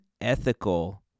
ethical